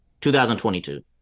2022